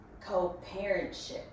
co-parentship